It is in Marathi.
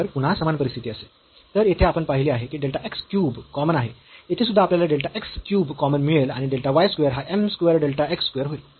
तर पुन्हा समान परिस्थिती असेल तर येथे आपण पाहिले आहे की डेल्टा x क्यूब कॉमन आहे येथे सुद्धा आपल्याला डेल्टा x क्यूब कॉमन मिळेल आणि डेल्टा y स्क्वेअर हा m square delta x square होईल